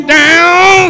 down